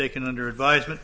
taken under advisement